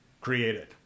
Created